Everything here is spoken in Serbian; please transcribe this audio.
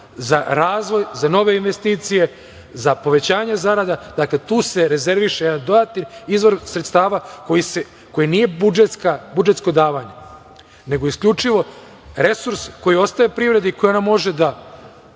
za razvoj, za nove investicije, za povećanje zarada. Dakle, tu se rezerviše jedan dodatni izvor sredstava koji nije budžetsko davanje, nego isključivo resurs koji ostaje privredi koji ona može da